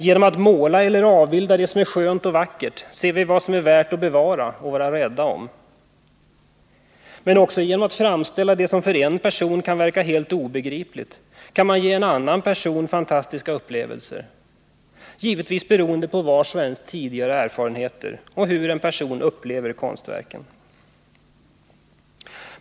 Genom att måla eller avbilda det som är skönt och vackert ser vi vad som är värt att bevara och vara rädda om. Men också genom att framställa det som för en person kan verka helt obegripligt kan man ge en annan person fantastiska upplevelser, givetvis beroende på vars och ens tidigare erfarenhet och hur en person upplever konstverken.